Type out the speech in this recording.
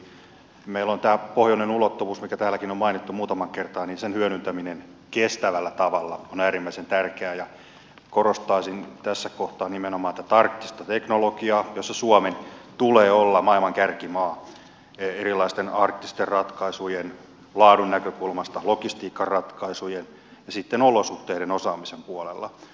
meillä on pohjoinen ulottuvuus mikä täälläkin on mainittu muutamaan kertaan ja sen hyödyntäminen kestävällä tavalla on äärimmäisen tärkeää ja korostaisin tässä kohtaa nimenomaan arktista teknologiaa jossa suomen tulee olla maailman kärkimaa erilaisten arktisten ratkaisujen laadun näkökulmasta logistiikkaratkaisujen ja sitten olosuhteiden osaamisen puolella